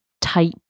type